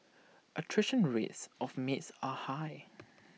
attrition rates of maids are high